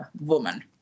woman